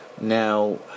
Now